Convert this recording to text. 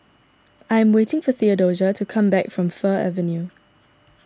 I am waiting for theodosia to come back from Fir Avenue